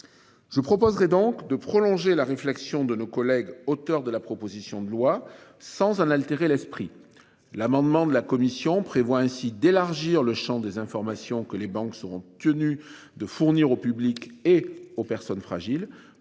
Je proposerai donc de prolonger la réflexion de nos collègues, auteur de la proposition de loi sans en altérer l'esprit l'amendement de la commission prévoit ainsi d'élargir le Champ des informations que les banques sont tenues de fournir au public et aux personnes fragiles